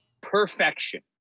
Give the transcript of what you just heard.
perfection